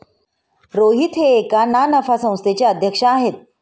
रोहित हे एका ना नफा संस्थेचे अध्यक्ष आहेत